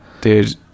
dude